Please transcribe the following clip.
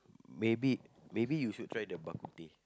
maybe maybe you should try the bak-kut-teh